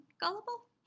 gullible